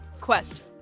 Quest